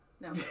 No